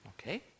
Okay